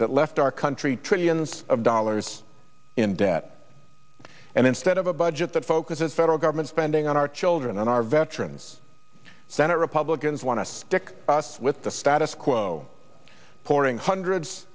that left our country trillions of dollars in debt and instead of a budget that focuses federal government spending on our children and our veterans senate republicans want to stick us with the status quo pouring hundreds